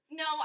no